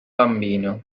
bambino